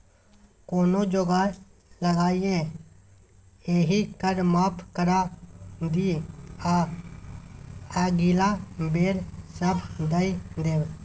कोनो जोगार लगाकए एहि कर माफ करा दिअ अगिला बेर सभ दए देब